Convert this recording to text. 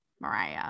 Mariah